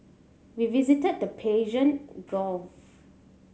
we visited the Persian Gulf